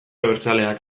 abertzaleak